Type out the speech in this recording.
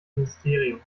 ministerium